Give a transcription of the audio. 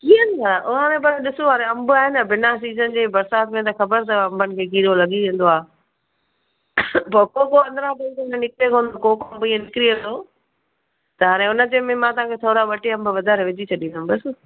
कीअं न उहा हाणे ॾिसो हाणे अंब आहिनि न बिना सीज़न जे बरसाति में त ख़बर अथव अंबनि खे कीड़ो लॻी वेंदो आहे को को अंदिरा निकिरे थो को को निकिरी वेंदो त हाणे उने जे में मां तव्हांखे थोरा ॿ टे अंब वाधारे विझी छॾींदमि बसि